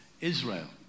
Israel